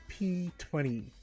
p20